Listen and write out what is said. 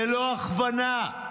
ללא הכוונה.